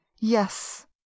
Yes